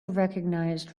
recognized